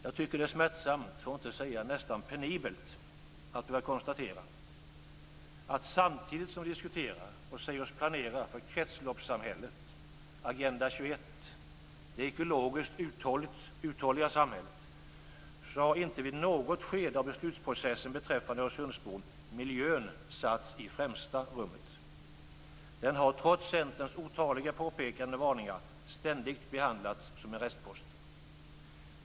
Jag tycker att det är smärtsamt för att inte säga närmast penibelt att behöva konstatera att samtidigt som vi diskuterar och säger oss planera enligt Agenda 21 för kretsloppssamhället, det ekologiskt uthålliga samhället, så har inte i något skede av beslutsprocessen beträffande Öresundsbron miljön satts i främsta rummet. Den har, trots Centerns otaliga påpekanden och varningar, ständigt behandlats som en restpost.